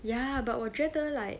ya but 我觉得 like